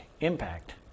impact